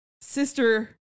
sister